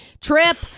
trip